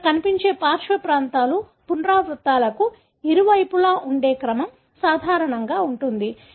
ఇక్కడ కనిపించే పార్శ్వ ప్రాంతాలు పునరావృతాలకు ఇరువైపులా ఉండే క్రమం సాధారణంగా ఉంటుంది